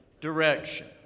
direction